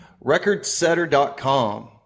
recordsetter.com